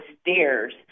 stairs